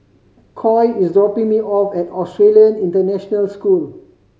Coy is dropping me off at Australian International School